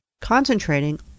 concentrating